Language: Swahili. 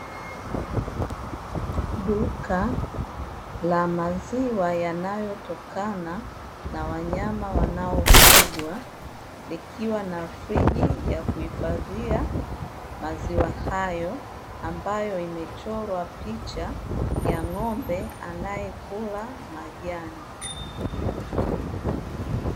Duka la maziwa yanayotokana na wanyama wanaofugwa likiwa na friji ya kuhifadhia maziwa hayo ambayo imechorwa picha ya ng'ombe anayekula majani.